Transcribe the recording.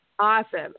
Awesome